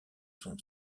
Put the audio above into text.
son